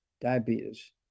diabetes